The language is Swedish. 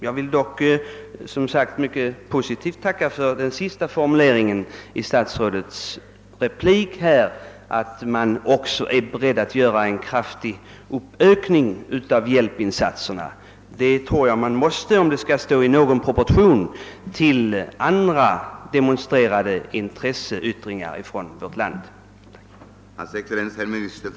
Jag vill tacka för den sista positiva formuleringen i statsrådets replik, att staten är beredd att göra en kraftig ökning av hjälpinsatserna. Jag tror man måste göra en sådan ökning för att få en rimlig proportion i förhållande till andra av regeringen demonstrerade intresseyttringar för Vietnamproblematiken.